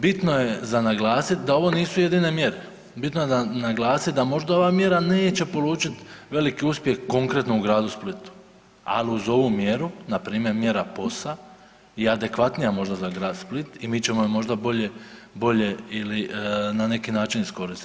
Bitno je za naglasit da ovo nisu jedine mjere, bitno je naglasit da možda ova mjera neće polučit veliki uspjeh konkretno u gradu Splitu, al uz ovu mjeru npr. mjera POS-a je adekvatnija možda za grad Split i mi ćemo je možda bolje, bolje ili na neki način iskoristit.